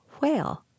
whale